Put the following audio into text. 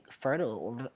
fertile